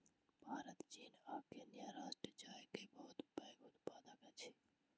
भारत चीन आ केन्या राष्ट्र चाय के बहुत पैघ उत्पादक अछि